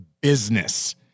business